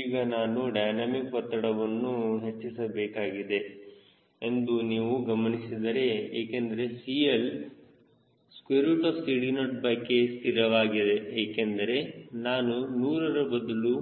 ಈಗ ನಾನು ಡೈನಾಮಿಕ್ ಒತ್ತಡವನ್ನು ಹೆಚ್ಚಿಸಬೇಕಾಗಿದೆ ಎಂದು ನೀವು ಗಮನಿಸಿದರೆ ಏಕೆಂದರೆ CL CD0K ಸ್ಥಿರವಾಗಿದೆ ಏಕೆಂದರೆ ನಾನು 100 ರ ಬದಲು